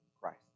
Christ